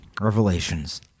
revelations